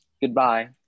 Goodbye